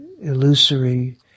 illusory